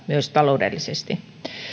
myös taloudellisesti